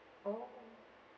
orh